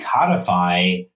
codify